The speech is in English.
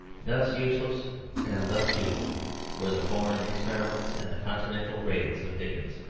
thus useless and thus futile were the foreign experiments and the continental raids of dickens.